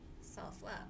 self-love